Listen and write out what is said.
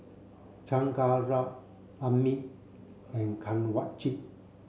Chengara Amit and Kanwaljit